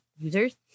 users